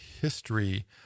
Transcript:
history